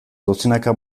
dozenaka